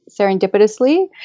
serendipitously